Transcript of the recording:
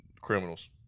criminals